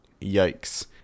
yikes